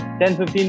10-15